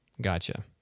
gotcha